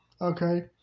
Okay